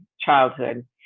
childhood